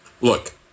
Look